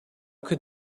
could